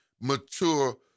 mature